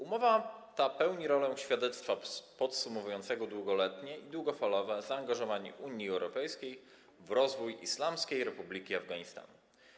Umowa ta odgrywa rolę świadectwa podsumowującego długoletnie i długofalowe zaangażowanie Unii Europejskiej w rozwój Islamskiej Republiki Afganistanu.